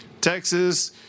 Texas